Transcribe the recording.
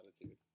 attitude